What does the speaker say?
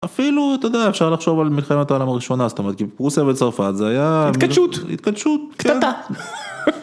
אפילו, אתה יודע, אפשר לחשוב על מלחמת העולם הראשונה, זאת אומרת, כי פרוסיה וצרפת זה היה... - התכתשות. התכתשות. - כן. - קטטה.